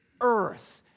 earth